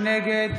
נגד